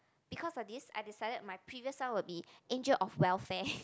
because of this I decided my previous one will be angel of welfare